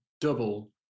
double